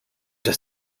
dass